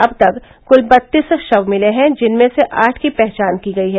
अब तक कुल बत्तीस शव मिले हैं जिनमें से आठ की पहचान की गयी है